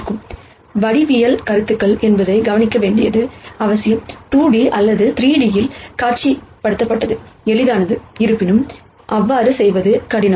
geometric கருத்துக்கள் என்பதைக் கவனிக்க வேண்டியது அவசியம் 2D அல்லது 3D இல் காட்சிப்படுத்த எளிதானது இருப்பினும் அவ்வாறு செய்வது கடினம்